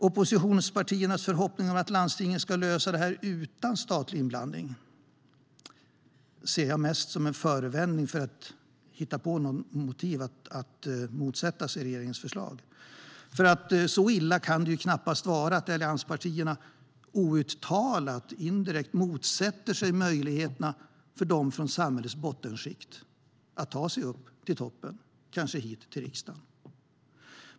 Oppositionspartiernas förhoppning om att landstingen ska lösa detta utan statlig inblandning ser jag mest som en förevändning att hitta på ett motiv för att motsätta sig regeringens förslag. Det kan ju knappast vara så illa att allianspartierna outtalat och indirekt motsätter sig möjligheterna för dem från samhällets bottenskikt att ta sig upp till toppen, kanske hit till riksdagen.